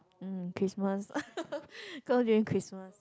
um Christmas go during Christmas